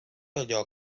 allò